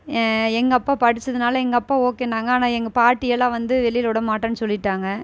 எங்கள் அப்பா படிச்சதுனால எங்கள் அப்பா ஓகேன்னாங்க ஆனால் எங்கள் பாட்டி எல்லாம் வந்து வெளியில் விட மாட்டேன்னு சொல்லிவிட்டாங்க